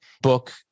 book